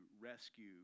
rescue